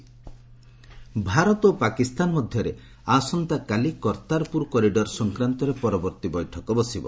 କର୍ତ୍ତାରପୁର ଭାରତ ଓ ପାକିସ୍ତାନ ମଧ୍ୟରେ ଆସନ୍ତାକାଲି କର୍ତ୍ତାରପୁର କରିଡ଼ର ସଂକ୍ରାନ୍ତରେ ପରବର୍ତ୍ତୀ ବୈଠକ ବସିବ